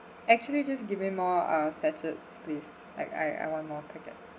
actually just give me more uh sachets please like I I want more packets